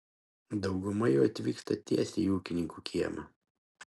dauguma jų atvyksta tiesiai į ūkininkų kiemą